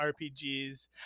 rpgs